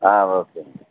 okay అండి